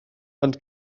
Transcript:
ond